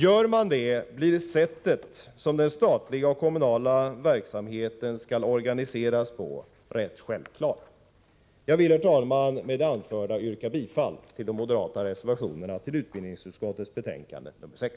Gör man det, blir det sätt som den statliga och kommunala verksamheten skall organiseras på rätt självklart. Med det anförda vill jag yrka bifall till de moderata reservationerna till utbildningsutskottets betänkande 6.